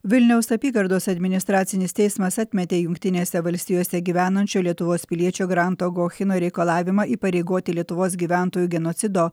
vilniaus apygardos administracinis teismas atmetė jungtinėse valstijose gyvenančio lietuvos piliečio granto gochino reikalavimą įpareigoti lietuvos gyventojų genocido